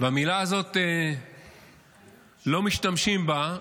במילה הזאת, לא משתמשים בה --- רגע,